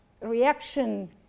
reaction